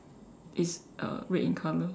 it's uh red in colour